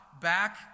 back